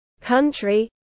country